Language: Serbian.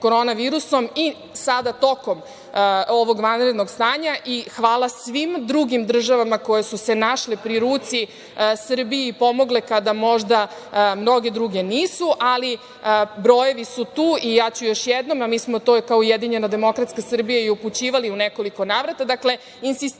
Koronavirusom i sada tokom ovog vanrednog stanja i hvala svim drugim državama koje su se našle pri ruci Srbiji i pomogle kada možda mnoge druge nisu, ali brojevi su tu. Ja ću još jednom, a mi smo kao ujedinjena demokratska Srbija i upućivali u nekoliko navrata, insistirati